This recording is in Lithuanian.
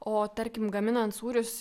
o tarkim gaminant sūrius